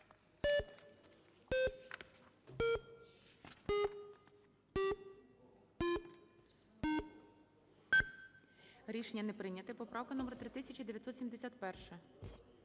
Рішення не прийнято. Поправка номер - 3973.